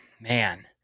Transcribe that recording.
man